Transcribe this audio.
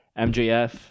MJF